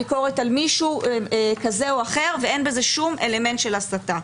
ביקורת על מישהו כזה או אחר ואין בזה שום אלמנט של הסתה,